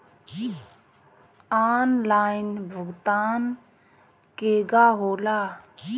Online भुगतान केगा होला?